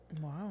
Wow